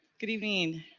good evening.